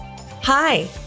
Hi